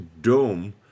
dome